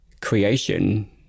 creation